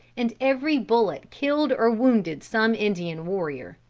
and every bullet killed or wounded some indian warrior.